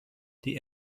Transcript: die